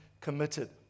committed